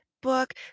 book